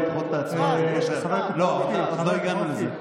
חבר הכנסת טופורובסקי, עוד לא הגענו לזה.